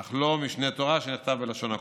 אך לא משנה תורה, שנכתב בלשון הקודש.